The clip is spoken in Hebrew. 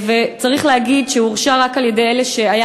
וצריך להגיד שהוא הורשע רק על-ידי אלה שהיה